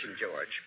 George